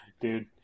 dude